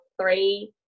three